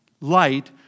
light